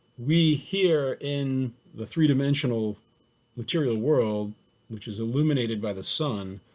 we hear in the three dimensional material world which is illuminated by the sun.